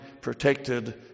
protected